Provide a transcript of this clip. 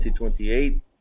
2028